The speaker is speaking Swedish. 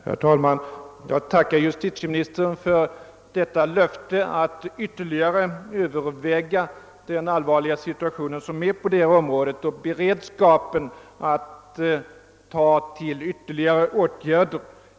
' Herr talman! Jag tackar justitieministern för löftet att ytterligare överväga den allvarliga situationen på detta område, och jag noterar att justitieministern är beredd att vidtaga ytterligare åtgärder.